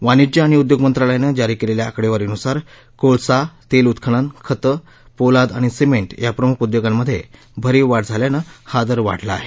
वाणिज्य आणि उद्योग मंत्रालयानं जारी केलेल्या आकडेवारीनुसार कोळसा तेल उत्खनन खते पोलाद आणि सिमेंट या प्रमुख उद्योगांमध्ये भरीव वाढ झाल्यानं हा दर वाढला आहे